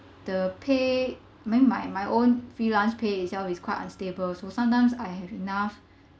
the pay I mean my my own freelance pay itself is quite unstable so sometimes I have enough